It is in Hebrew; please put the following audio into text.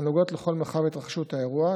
הנוגעות לכל מרחב התרחשות האירוע,